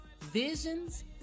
visions